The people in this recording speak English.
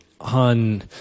on